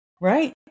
right